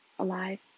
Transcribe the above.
Alive